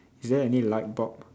is there any light bulb